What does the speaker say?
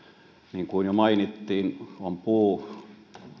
niin kuin jo mainittiin on puu